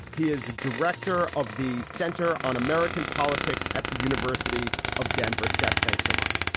he is director of the center on american politics at the university of denver. seth, thanks so much.